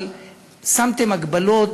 אבל שמתם הגבלות